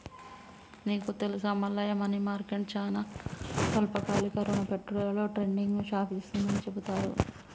నీకు తెలుసా Mallaiah money market చానా స్వల్పకాలిక రుణ పెట్టుబడులలో ట్రేడింగ్ను శాసిస్తుందని చెబుతారు